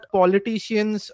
politicians